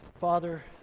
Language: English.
Father